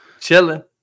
Chilling